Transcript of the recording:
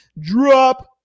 drop